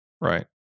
Right